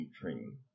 training